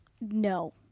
no